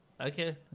Okay